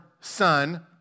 son